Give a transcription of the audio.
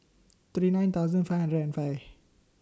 thirty nine thousand five hundred and five